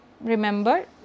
remember